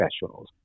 professionals